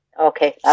Okay